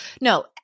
No